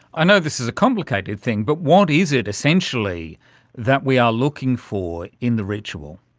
i know this is a complicated thing, but what is it essentially that we are looking for in the ritual?